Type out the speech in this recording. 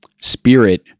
spirit